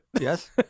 Yes